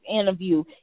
interview